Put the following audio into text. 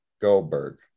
Goldberg